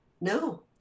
no